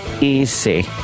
easy